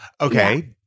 Okay